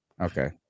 Okay